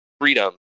freedom